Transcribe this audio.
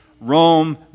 Rome